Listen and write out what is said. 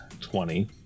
twenty